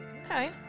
okay